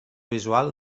visual